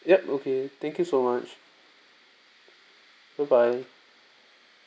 yup okay thank you so much bye bye